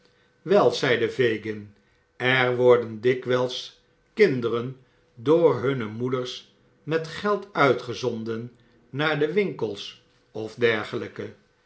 wel zeide fagin er worden dikwijls kinderen door hunne moeders met geld uitgezonden naar de winkels of dergelijke